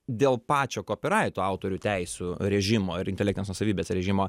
dėl pačio kopiraito autorių teisių režimo ir intelektinės nuosavybės režimo